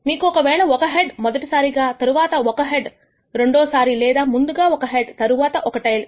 మీకు ఒకవేళ ఒక హెడ్ మొదటిసారిగా తరువాత ఒక హెడ్ రెండోసారి లేదా ముందుగా ఒక హెడ్ తరువాత ఒక టెయిల్